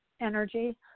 energy